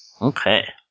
Okay